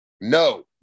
no